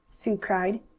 sue cried.